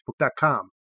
facebook.com